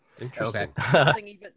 Interesting